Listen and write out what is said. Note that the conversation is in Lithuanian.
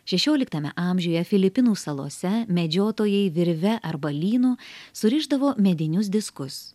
šešioliktame amžiuje filipinų salose medžiotojai virve arba lynu surišdavo medinius diskus